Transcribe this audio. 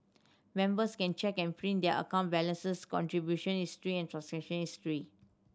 members can check and print their account balances contribution history and transaction history